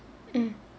mm